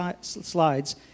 slides